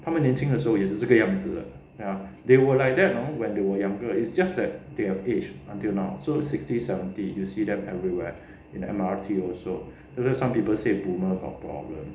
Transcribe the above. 他们年轻的时候也是这个样子的 they were like that when they were younger it's just that they have aged until now so sixty seventy you'll see them everywhere in M_R_T also then some people say they got problem